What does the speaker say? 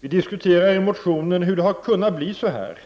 Vi diskuterar i motionen hur det har kunnat bli så här,